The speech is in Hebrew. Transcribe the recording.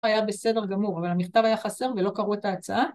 היה בסדר גמור אבל המכתב היה חסר ולא קראו את ההצעה